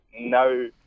no